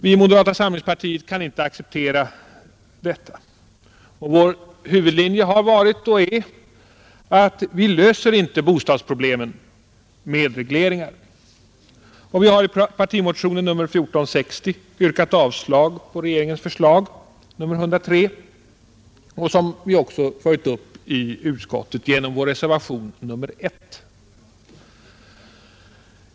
Vi i moderata samlingspartiet kan inte acceptera detta. Vår huvudlinje har varit och är att man inte löser bostadsproblemen med regleringar, Vi har i partimotionen 1460 yrkat avslag på regeringens förslag i propositionen 103, vilken motion vi i utskottet har följt upp genom vår reservation nr 1.